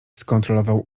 skontrolował